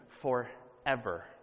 forever